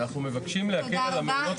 אנחנו מבקשים להקל על המעונות